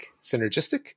Synergistic